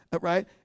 right